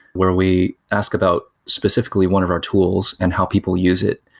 where we ask about specifically one of our tools and how people use it.